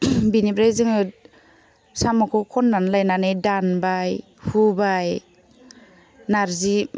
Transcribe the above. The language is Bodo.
बिनिफ्राय जोङो साम'खौ खन्नानै लायनानै दानबाय हुबाय नारजि